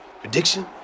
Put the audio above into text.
Prediction